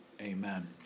amen